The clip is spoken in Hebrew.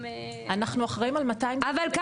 --- כל התיקים של ההטרדות המיניות.